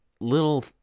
little